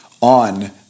on